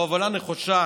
בהובלה נחושה